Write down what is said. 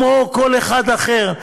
כמו כל אחד אחר.